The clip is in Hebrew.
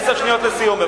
עשר שניות לסיום.